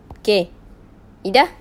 okay ida